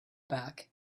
back